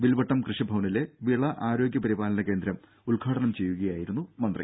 വിൽവട്ടം കൃഷിഭവനിലെ വിള ആരോഗ്യ പരിപാലന കേന്ദ്രം ഉദ്ഘാടനം ചെയ്യുകയായിരുന്നു മന്ത്രി